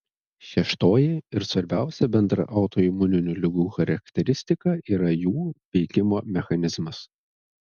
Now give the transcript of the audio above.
šeštoji ir svarbiausia bendra autoimuninių ligų charakteristika yra jų veikimo mechanizmas